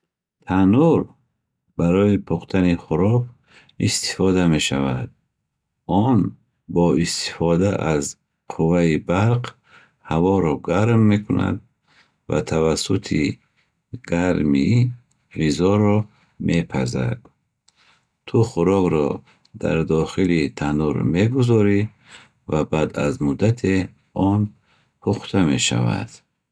Танӯр барои пухтани хӯрок истифода мешавад. Он бо истифода аз қувваи барқ ҳаворо гарм мекунад ва тавассути гармӣ ғизоро мепазад. Ту хӯрокро дар дохили танӯр мегузорӣ ва баъд аз муддате он пухта мешавад.